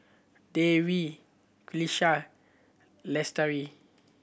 Dewi Qalisha Lestari